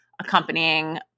accompanying